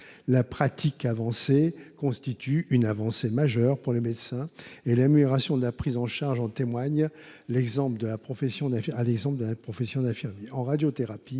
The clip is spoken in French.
La pratique avancée constitue un progrès majeur pour les médecins et l’amélioration de la prise en charge, comme en témoigne l’exemple de la profession d’infirmier. En radiothérapie,